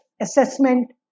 assessment